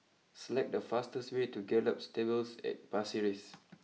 select the fastest way to Gallop Stables at Pasir Ris